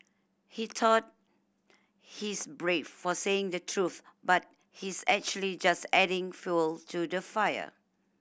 he thought he's brave for saying the truth but he's actually just adding fuel to the fire